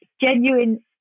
genuine